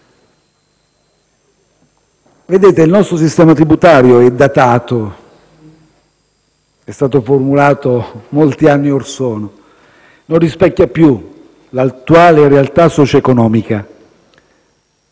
che il nostro sistema tributario è datato, è stato formulato molti anni orsono e non rispecchia più l'attuale realtà socioeconomica.